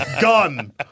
Gun